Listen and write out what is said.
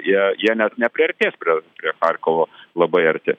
jie jie net nepriartės prie prie charkovo labai arti